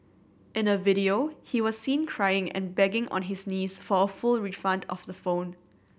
in a video he was seen crying and begging on his knees for a full refund of the phone